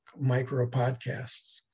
micro-podcasts